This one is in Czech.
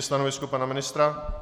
Stanovisko pana ministra?